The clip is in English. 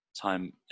time